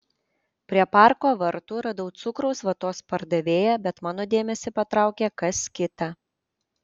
prie parko vartų radau cukraus vatos pardavėją bet mano dėmesį patraukė kas kita